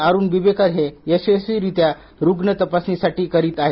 अरुण बिबेकर हे यशस्वीरित्या रुग्ण तपासणीसाठी करीत आहेत